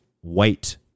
white